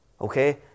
Okay